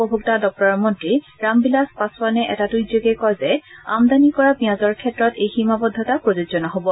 উপভোক্তা দপ্তৰৰ মন্ত্ৰী ৰামবিলাস পাছোৱানে এটা টুইটত কয় যে আমদানি কৰা পিঁয়াজৰ ক্ষেত্ৰত এই সীমাবদ্ধতা প্ৰযোজ্য নহ'ব